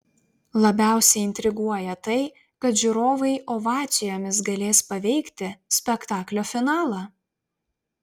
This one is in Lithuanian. labiausiai intriguoja tai kad žiūrovai ovacijomis galės paveikti spektaklio finalą